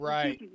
Right